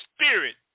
spirit